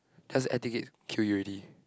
does air ticket kill you already